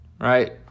Right